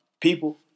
People